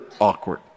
awkward